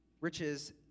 riches